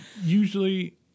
Usually